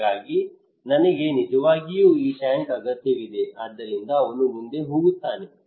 ಹಾಗಾಗಿ ನನಗೆ ನಿಜವಾಗಿಯೂ ಈ ಟ್ಯಾಂಕ್ ಅಗತ್ಯವಿದೆ ಆದ್ದರಿಂದ ಅವನು ಮುಂದೆ ಹೋಗುತ್ತಾನೆ